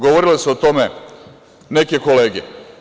Govorile su o tome neke kolege.